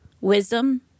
wisdom